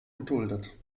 geduldet